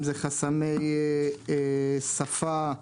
אם זה חסמי שפה,